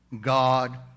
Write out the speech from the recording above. God